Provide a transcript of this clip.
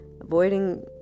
avoiding